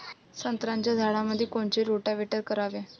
संत्र्याच्या झाडामंदी कोनचे रोटावेटर करावे?